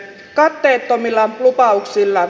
katteettomilla lupauksilla